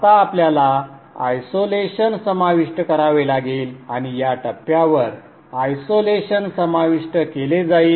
आता आपल्याला आयसोलेशन समाविष्ट करावे लागेल आणि या टप्प्यावर आयसोलेशन समाविष्ट केले जाईल